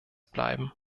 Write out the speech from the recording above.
bleiben